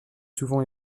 souvent